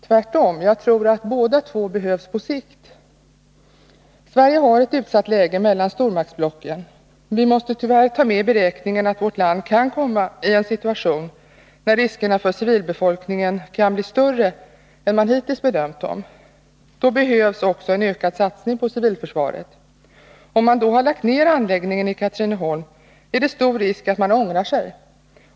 Jag tror tvärtom att båda två behövs på sikt. Sverige har ett utsatt läge mellan stormaktsblocken. Vi måste tyvärr ta med i beräkningen att vårt land kan kommai en situation där riskerna för civilbefolkningen kan bli större än man hittills bedömt. I ett sådant läge behövs en ökad satsning på civilförsvaret. Om man då har lagt ner anläggningen i Katrineholm, är det stor risk att man ångrar sig.